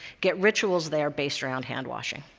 get rituals there based around handwashing.